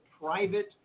private